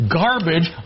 garbage